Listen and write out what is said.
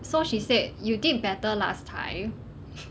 so she said you did better last time